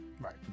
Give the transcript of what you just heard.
Right